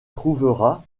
trouvera